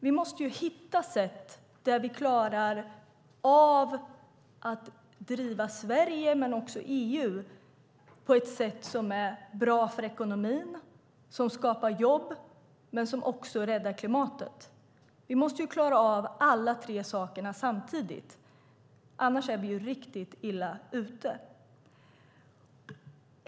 Vi måste hitta sätt där vi klarar av att driva Sverige men också EU på ett sätt som är bra för ekonomin, som skapar jobb men som också räddar klimatet. Vi måste klara av alla tre sakerna samtidigt, annars är vi riktigt illa ute.